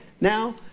now